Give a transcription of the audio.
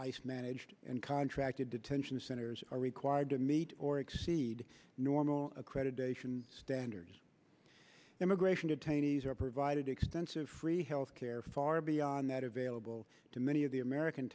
ice managed and contracted detention centers are required to meet or exceed normal accreditation standards immigration detainees are provided extensive free health care far beyond that available to many of the american